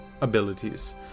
abilities